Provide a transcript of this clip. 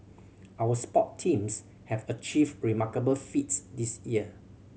our sport teams have achieved remarkable feats this year